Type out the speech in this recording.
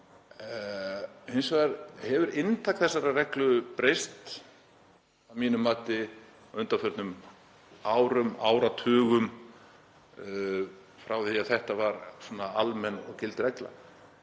Hins vegar hefur inntak þessarar reglu breyst að mínu mati á undanförnum árum, áratugum, frá því að þetta var almenn og gild regla.